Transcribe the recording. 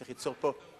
צריך ליצור פה,